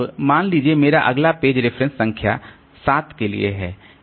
अब मान लीजिए मेरा अगला पेज रेफरेंस पेज संख्या 7 के लिए है